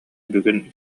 бүгүн